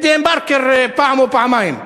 ב"דה-מרקר" פעם או פעמיים.